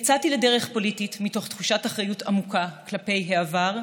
יצאתי לדרך פוליטית מתוך תחושת אחריות עמוקה כלפי העבר,